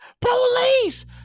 Police